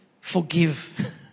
forgive